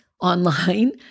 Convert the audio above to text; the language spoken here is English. online